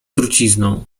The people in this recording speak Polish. trucizną